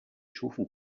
schufen